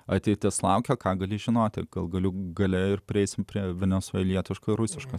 ateitis laukia ką gali žinoti gal galiu galėjo ir prieisime prie venesuelietišką rusišką